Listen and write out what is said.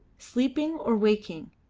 sleeping or waking,